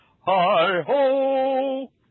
Hi-ho